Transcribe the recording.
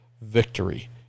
victory